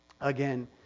Again